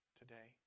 today